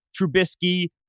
Trubisky